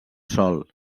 sol